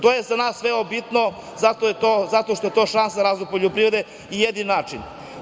To je za nas veoma bitno zato što je to šansa za razvoj poljoprivrede i jedini način.